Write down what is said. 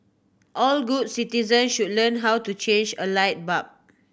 all good citizens should learn how to change a light bulb